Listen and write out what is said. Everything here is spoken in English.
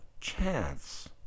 chance